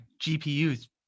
GPUs